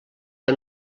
que